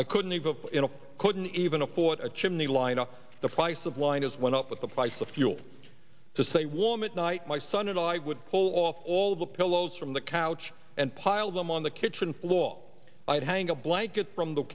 i couldn't even i couldn't even afford a chimney lined up the price of line is went up with the price of fuel to say warm it night my son and i would pull off all the pillows from the couch and pile them on the kitchen floor i'd hang a blanket from the